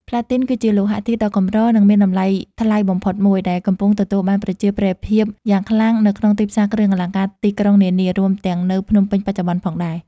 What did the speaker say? ផ្លាទីន គឺជាលោហៈធាតុដ៏កម្រ និងមានតម្លៃថ្លៃបំផុតមួយ ដែលកំពុងទទួលបានប្រជាប្រិយភាពយ៉ាងខ្លាំងនៅក្នុងទីផ្សារគ្រឿងអលង្ការទីក្រុងនានា រួមទាំងនៅភ្នំពេញបច្ចុប្បន្នផងដែរ។